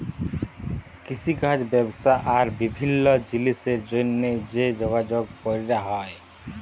কিষিকাজ ব্যবসা আর বিভিল্ল্য জিলিসের জ্যনহে যে যগাযগ ক্যরা হ্যয়